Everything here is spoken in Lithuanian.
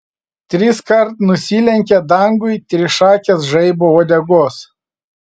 triskart nusilenkė dangui trišakės žaibo uodegos